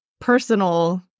personal